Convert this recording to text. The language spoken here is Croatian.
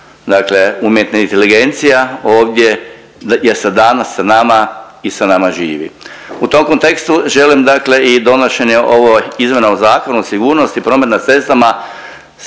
dakle umjetna inteligencija ovdje je danas sa nama i sa nama živi. U tom kontekstu želim dakle i donošenje ovih izmjena Zakona o sigurnosti prometa na cestama